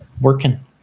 working